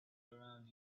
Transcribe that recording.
around